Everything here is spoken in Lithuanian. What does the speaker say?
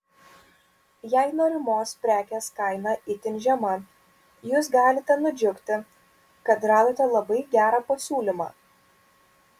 jei norimos prekės kaina itin žema jūs galite nudžiugti kad radote labai gerą pasiūlymą